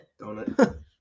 Donut